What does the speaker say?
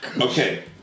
Okay